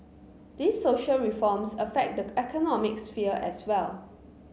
these social reforms affect the economic sphere as well